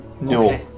No